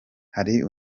hari